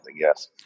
yes